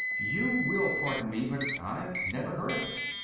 you will pardon me, but i've never heard of it.